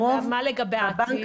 ומה לגבי העתיד?